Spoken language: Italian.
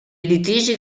litigi